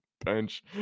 bench